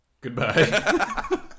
Goodbye